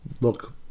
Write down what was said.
look